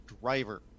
driver